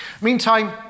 Meantime